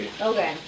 Okay